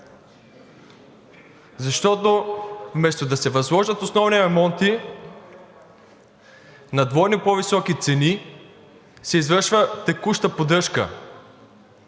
Защото, вместо да се възложат основни ремонти на двойно по-високи цени, се извършва текуща поддръжка.